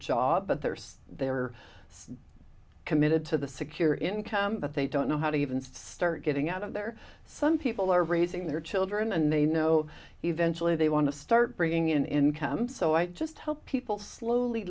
job but theirs they are so committed to the secure income but they don't know how to even start getting out of there some people are raising their children and they know eventually they want to start bringing in income so i just help people slowly